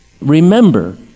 Remember